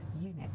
unit